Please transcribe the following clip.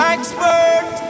Expert